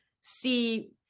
see